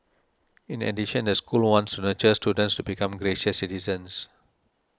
in addition the school wants to just students to become gracious citizens